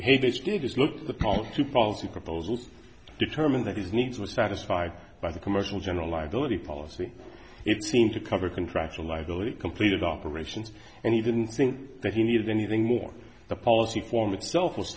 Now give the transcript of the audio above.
it is look the count to policy proposals to determine that his needs were satisfied by the commercial general liability policy it seemed to cover contractual liability completed operations and he didn't think that he needed anything more the policy form itself was